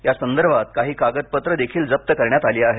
यासंदर्भात काही कागदपत्रे जप्त करण्यात आली आहेत